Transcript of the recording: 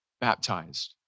baptized